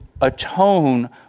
atone